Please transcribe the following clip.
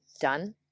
done